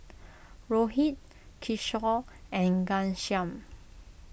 Rohit Kishore and Ghanshyam